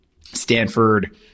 Stanford